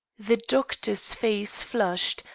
the doctor's face flushed,